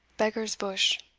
beggar's bush.